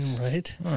Right